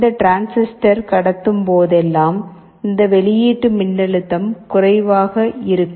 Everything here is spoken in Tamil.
இந்த டிரான்சிஸ்டர் கடத்தும் போதெல்லாம் இந்த வெளியீட்டு மின்னழுத்தம் குறைவாக இருக்கும்